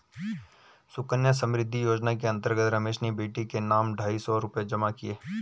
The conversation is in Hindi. सुकन्या समृद्धि योजना के अंतर्गत रमेश ने बेटी के नाम ढाई सौ रूपए जमा किए